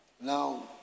Now